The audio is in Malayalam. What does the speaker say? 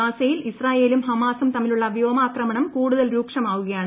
ഗാസയിൽ ഇസ്രായേലും ഹമാസും തമ്മിലുള്ള വ്യോമാക്രമണം കൂടുതൽ രൂക്ഷമാകുകയാണ്